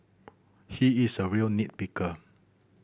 he is a real nit picker